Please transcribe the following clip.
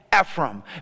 Ephraim